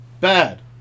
Bad